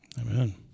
Amen